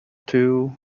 two